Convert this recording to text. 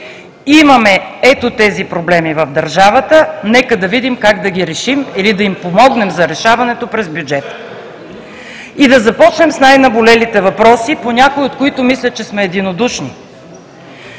„Имаме ето тези проблеми в държавата, нека да видим как да ги решим или да им помогнем за решаването през бюджета“, и да започнем с най-наболелите въпроси, по някои от които мисля, че сме единодушни.